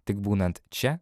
tik būnant čia